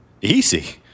Easy